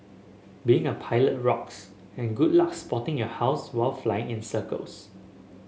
being a pilot rocks and good luck spotting your house while flying in circles